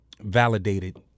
validated